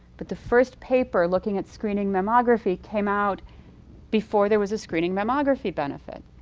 but the first paper looking at screening mammography came out before there was a screening mammography benefit.